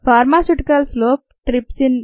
ఫార్మాస్యూటికల్స్లో trypsin